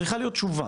צריכה להיות תשובה.